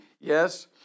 Yes